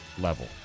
level